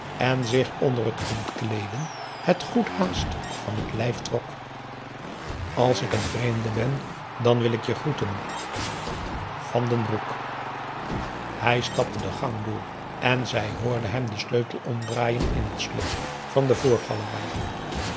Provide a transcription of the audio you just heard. en zich onder t ontkleeden het goed haast van het lijf trok als ik een vreemde ben dan wil ik je groeten van den broek p a daum hoe hij raad van indië werd onder ps maurits hij stapte de gang door en zij hoorde hem den sleutel omdraaien in het slot van de voorgalerij